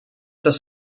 das